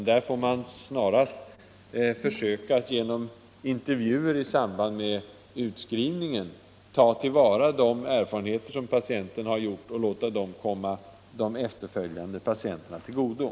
Där får man snarare försöka att genom intervjuer i samband med utskrivningen ta till vara de erfarenheter som patienten har gjort — Nr 81 och låta dem komma de efterföljande patienterna till godo.